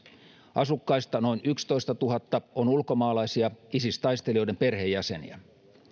asukkaista noin yksitoistatuhatta on ulkomaalaisia isis taistelijoiden perheenjäseniä